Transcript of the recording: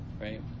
right